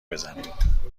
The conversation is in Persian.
بزنیم